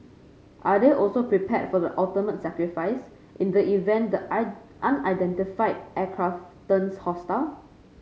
are they also prepared for the ultimate sacrifice in the event the unidentified aircraft turns hostile